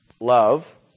Love